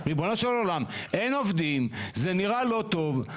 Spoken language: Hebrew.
ריבונו של עולם, אין עובדים וזה נראה לא טוב.